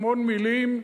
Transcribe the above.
המון מלים.